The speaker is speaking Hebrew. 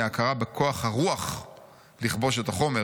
היא ההכרה בכוח הרוח לכבוש את החומר,